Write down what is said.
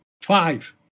five